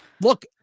look